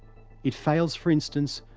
it fails, for instance,